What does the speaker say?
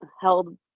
held